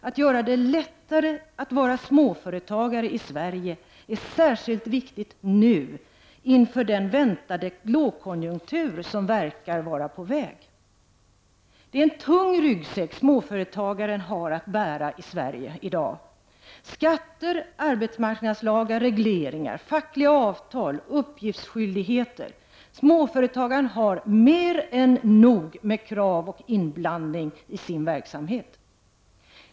Att göra det lättare att vara småföretagare i Sverige är särskilt viktigt nu inför den lågkonjunktur som verkar vara på väg. Det är en tung ryggsäck som småföretagen i Sverige har att bära i dag. Skatter, arbetsmarknadslagar, regleringar, fackliga avtal och uppgiftsskyldigheter — småföretagaren har mer än nog med krav och inblandning i sin verksamhet.